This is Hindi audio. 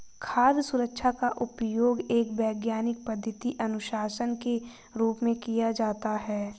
खाद्य सुरक्षा का उपयोग एक वैज्ञानिक पद्धति अनुशासन के रूप में किया जाता है